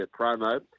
promo